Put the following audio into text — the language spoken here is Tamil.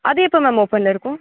அது எப்போ மேம் ஓப்பனில் இருக்கும்